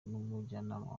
n’umujyanama